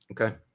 Okay